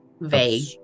Vague